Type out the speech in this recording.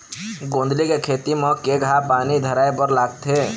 गोंदली के खेती म केघा पानी धराए बर लागथे?